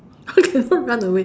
cannot run away